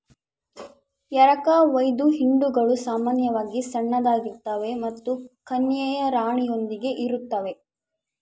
ಎರಕಹೊಯ್ದ ಹಿಂಡುಗಳು ಸಾಮಾನ್ಯವಾಗಿ ಸಣ್ಣದಾಗಿರ್ತವೆ ಮತ್ತು ಕನ್ಯೆಯ ರಾಣಿಯೊಂದಿಗೆ ಇರುತ್ತವೆ